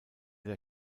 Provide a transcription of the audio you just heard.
der